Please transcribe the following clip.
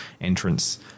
entrance